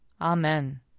Amen